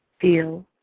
feel